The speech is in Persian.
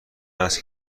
است